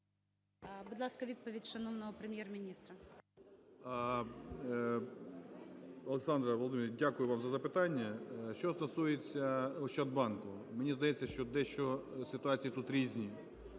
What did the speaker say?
Олександра Володимирівна, дякую вам за запитання. Що стосується "Ощадбанку", мені здається, що дещо ситуації тут різні